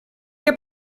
heb